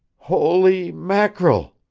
holy mackerel!